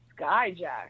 Skyjack